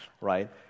right